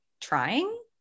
trying